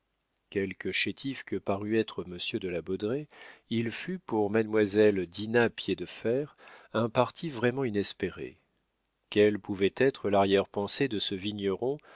quelque chétif que parût être monsieur de la baudraye il fut pour mademoiselle dinah piédefer un parti vraiment inespéré quelle pouvait être l'arrière-pensée de ce vigneron